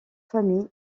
famille